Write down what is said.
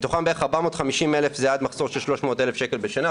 מתוכם בערך 450,000 הם עד מחזור של 300,000 שקל בשנה,